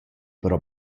però